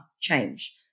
change